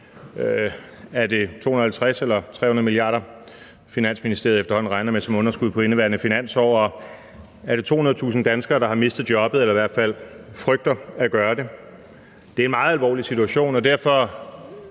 Er det 250 mia. kr. eller 300 mia. kr., Finansministeriet efterhånden regner med som underskud på indeværende finanslov, og er det 200.000 danskere, der har mistet jobbet eller i hvert fald frygter at gøre det? Det er en meget alvorlig situation, og derfor